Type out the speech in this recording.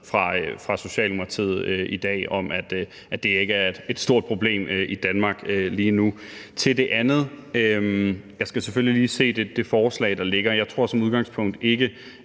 fra Socialdemokratiet i dag, om, at det ikke er et stort problem i Danmark lige nu. Til det andet – jeg skal selvfølgelig lige se det forslag, der ligger – vil jeg sige, at jeg tror som udgangspunkt ikke,